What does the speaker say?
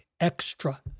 extra